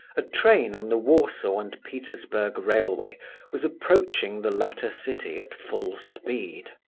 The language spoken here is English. a train on the warsaw and petersburg railway was approaching the latter city at full speed.